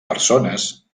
persones